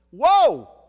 whoa